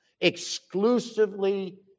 exclusively